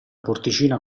porticina